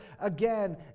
again